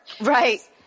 Right